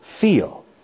feel